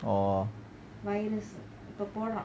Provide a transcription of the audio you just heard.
orh